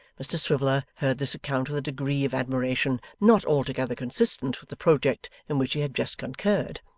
mr swiveller heard this account with a degree of admiration not altogether consistent with the project in which he had just concurred,